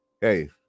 Hey